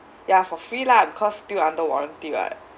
ya for free lah because still under warranty [what]